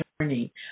journey